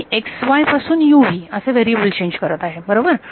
तर मी x y पासून u v असे व्हेरिएबल चेंज करत आहे बरोबर